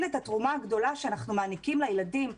את התרומה הגדולה שאנחנו מעניקים לילדים,